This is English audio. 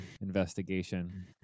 investigation